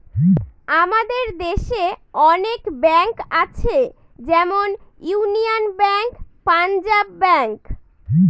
আমাদের দেশে অনেক ব্যাঙ্ক আছে যেমন ইউনিয়ান ব্যাঙ্ক, পাঞ্জাব ব্যাঙ্ক